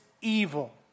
evil